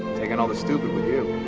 taking all the stupid with you